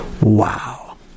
wow